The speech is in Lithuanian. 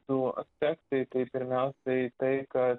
du aspektai tai pirmiausiai tai kad